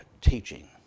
teaching